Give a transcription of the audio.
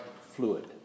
fluid